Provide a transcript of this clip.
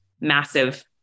massive